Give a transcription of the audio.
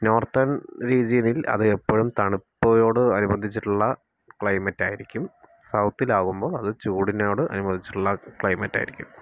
northern റീജിയണിൽ അതെപ്പഴും തണുപ്പ്നോട് അനുബന്ധിച്ചുള്ള ക്ലൈമറ്റായിരിക്കും സൗത്തിൽ ആകുമ്പോൾ അത് ചൂടിനോട് അനുബന്ധിച്ചുള്ള ക്ലൈമറ്റായിരിക്കും